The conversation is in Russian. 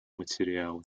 материалы